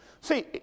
See